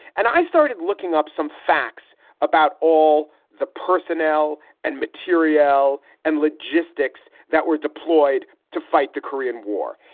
and i started looking up some facts about all the personnel and materiel and logistics that were deployed to fight the korean war.